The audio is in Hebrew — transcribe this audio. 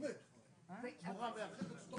אומרת,